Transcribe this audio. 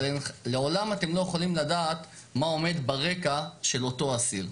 אבל לעולם אתם לא יכולים לדעת מה עומד ברקע של אותו אסיר.